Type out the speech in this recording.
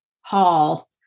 hall